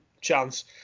chance